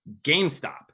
GameStop